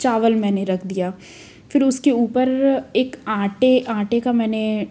चावल मैंने रख दिया फिर उसके ऊपर एक आंटे आंटे का मैंने